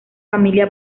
familia